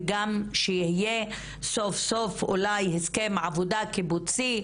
וגם שיהיה סוף-סוף אולי הסכם עבודה קיבוצי,